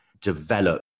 develop